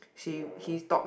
ya